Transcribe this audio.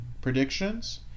Predictions